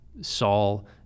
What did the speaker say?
Saul